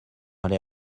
aller